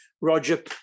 Roger